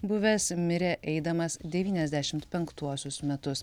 buvęs mirė eidamas devyniasdešimt penktuosius metus